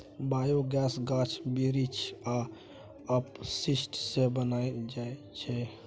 biogas गाछ बिरीछ आ अपशिष्ट सँ बनाएल जाइ छै